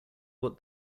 what